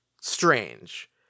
strange